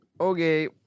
Okay